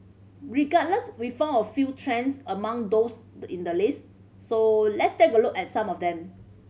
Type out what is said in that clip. regardless we found a few trends among those in the list so let's take a look at some of them